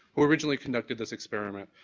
who originally conducted this experiment.